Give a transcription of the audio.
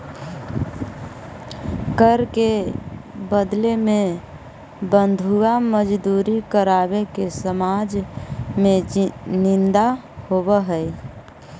कर के बदले में बंधुआ मजदूरी करावे के समाज में निंदा होवऽ हई